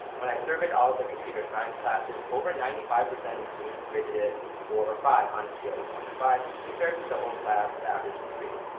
when i surveyed all of the computer science classes, over ninety five percent of students rated it four or five on a scale of one to five, compared with the old labs average of three.